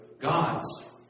gods